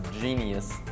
genius